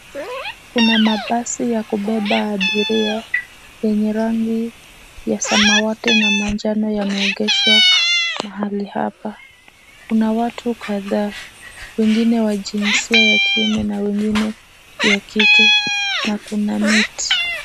Kuna mabasi ya kubeba abiria yenye rangi ya samawati na manjano yameegeshwa mahali hapa. Kuna watu kadhaa wengine wa jinsia ya kiume na wnegine jinsia ya kike na kuna miti.